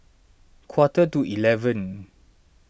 quarter to eleven